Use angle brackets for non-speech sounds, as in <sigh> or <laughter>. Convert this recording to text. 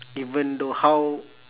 <noise> even though how